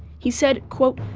he said, quote,